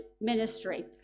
ministry